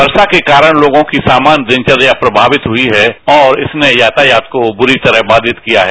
वर्षा के कारण लोगों की सामान्य दिनचर्या प्रभावित हुई है और इसने यातायात को बुरी तरह बाधित किया है